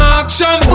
action